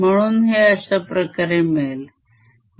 म्हणून हे अश्याप्रकारे मिळेल